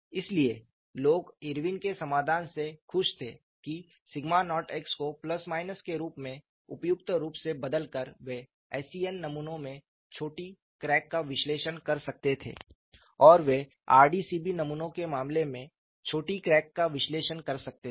इसलिए लोग इरविन के समाधान से खुश थे कि σ0x को ± के रूप में उपयुक्त रूप से बदलकर वे SEN नमूनों में छोटी क्रैक का विश्लेषण कर सकते थे और वे RDCB नमूनों के मामले में छोटी क्रैक का विश्लेषण कर सकते थे